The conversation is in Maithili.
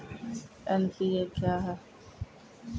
एन.पी.ए क्या हैं?